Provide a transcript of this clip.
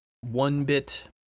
one-bit